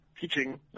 teaching